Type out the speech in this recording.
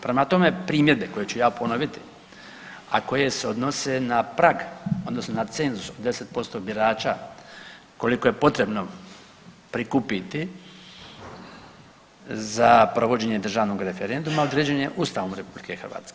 Prema tome, primjedbe koje ću ja ponoviti, a koje se odnose na prag odnosno na cenzus 10% birača koliko je potrebno prikupiti za provođenje državnog referenduma određen je Ustavom RH.